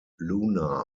luna